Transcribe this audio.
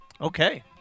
Okay